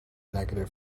negative